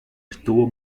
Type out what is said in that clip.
estuvo